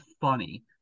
funny